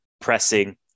pressing